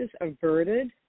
averted